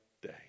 day